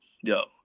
Yo